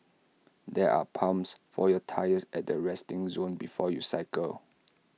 there are pumps for your tyres at the resting zone before you cycle